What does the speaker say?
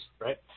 right